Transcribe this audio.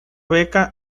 beca